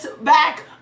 back